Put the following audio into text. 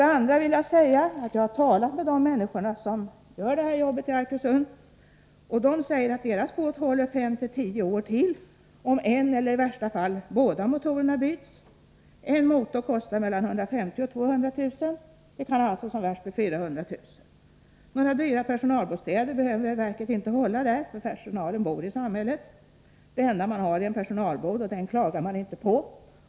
Dessutom vill jag framhålla att jag har talat med de människor som gör det här jobbet i Arkösund, och de säger att deras båt håller fem å tio år till, om en eller i värsta fall båda motorerna byts. En motor kostar mellan 150 000 och 200 000 kr. Det kan alltså som värst bli 400 000 kr. Några dyra personalbostäder behöver verket inte hålla där, för personalen bor i samhället. Det enda man har är en personalbod, och den klagar man inte på.